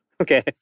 Okay